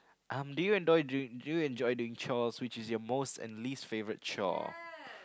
um do you enjoy doing do you enjoy doing chores which is your most and least favorite chore